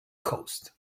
cost